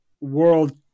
world